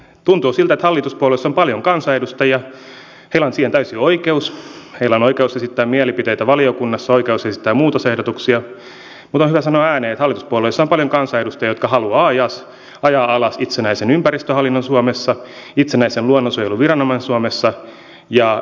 eli tuntuu siltä että hallituspuolueissa on paljon kansanedustajia heillä on siihen täysi oikeus heillä on oikeus esittää mielipiteitä valiokunnassa oikeus esittää muutosehdotuksia mutta on hyvä sanoa tämä ääneen jotka haluavat ajaa alas itsenäisen ympäristöhallinnon suomessa itsenäisen luonnonsuojeluviranomaisen suomessa ja myös ympäristöministeriön